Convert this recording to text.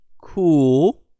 Cool